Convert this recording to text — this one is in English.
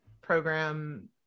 program